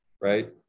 Right